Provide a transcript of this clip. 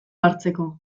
hartzeko